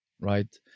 right